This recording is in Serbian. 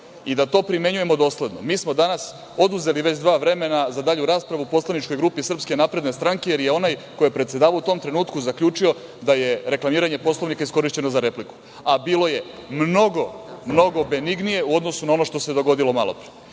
i da to primenjujemo dosledno. Mi smo danas oduzeli već dva vremena za dalju raspravu Poslaničkoj grupi SNS, jer je onaj ko je predsedavao u tom trenutku zaključio da je reklamiranje Poslovnika iskorišćeno za repliku, a bilo je mnogo benignije u odnosu na ono što se dogodilo malo pre.